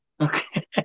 okay